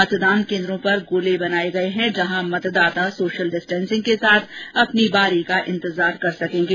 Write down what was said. मतदान केंन्द्रों पर गोले बनाये गये है जहां मतदाता सोशियल डिस्टेंसिंग के साथ अपनी बारी का इन्तजार करेंगे